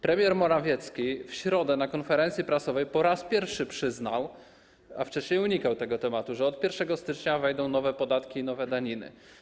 Premier Morawiecki w środę na konferencji prasowej po raz pierwszy przyznał, a wcześniej unikał tego tematu, że od 1 stycznia wejdą nowe podatki, nowe daniny.